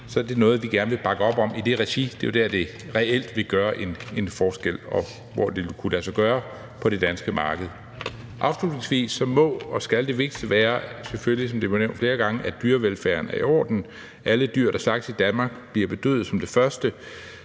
så er det noget, vi gerne vil bakke op om, i det regi, for det er jo der, det reelt vil gøre en forskel, og hvor det vil kunne lade sig gøre på det danske marked. Afslutningsvis må og skal det vigtigste være – selvfølgelig, som det blev nævnt flere gange – at dyrevelfærden er i orden. Alle dyr, der slagtes i Danmark, bliver som det første